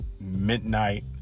midnight